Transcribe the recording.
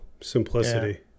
Simplicity